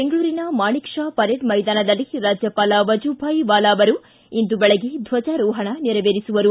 ಬೆಂಗಳೂರಿನ Manekshaw parade ಮೈದಾನದಲ್ಲಿ ರಾಜ್ಯಪಾಲ ವಜುಭಾಯ್ ವಾಲಾ ಇಂದು ಬೆಳಗ್ಗೆ ದ್ವಜಾರೋಹಣ ನೆರವೇರಿಸುವರು